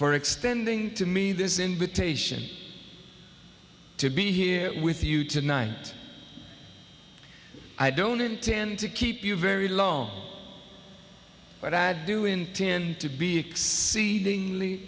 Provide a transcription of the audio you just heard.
for extending to me this invitation to be here with you tonight i don't intend to keep you very long but i do intend to be exceedingly